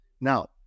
now